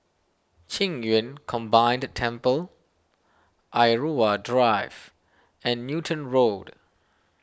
Qing Yun Combined Temple Irau Drive and Newton Road